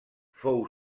fou